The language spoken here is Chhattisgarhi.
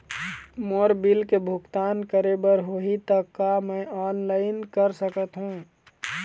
मोर बिल के भुगतान करे बर होही ता का मैं ऑनलाइन कर सकथों?